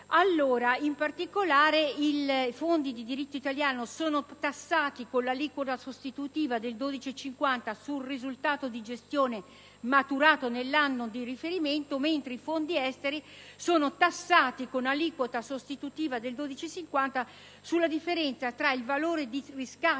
Italia. In particolare, i fondi di diritto italiano sono tassati con aliquota sostitutiva del 12,50 per cento sul risultato di gestione maturato nell'anno di riferimento, mentre i fondi esteri sono tassati con aliquota sostitutiva del 12,50 per cento sulla differenza tra il valore di riscatto